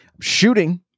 shooting